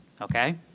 okay